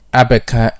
abeka